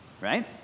right